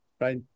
right